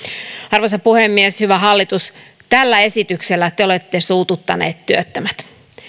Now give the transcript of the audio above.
arvoisa puhemies hyvä hallitus tällä esityksellä te olette suututtaneet työttömät